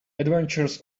adventures